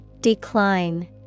decline